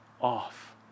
off